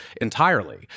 entirely